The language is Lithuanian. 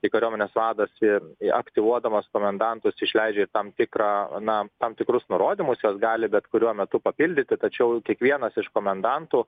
tai kariuomenės vadas ir aktyvuodamas komendantus išleidžia tam tikrą na tam tikrus nurodymus juos gali bet kuriuo metu papildyti tačiau kiekvienas iš komendantų